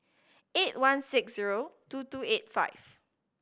eight one six zero two two eight five